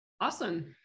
Awesome